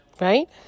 right